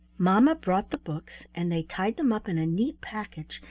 mamma brought the books, and they tied them up in a neat package,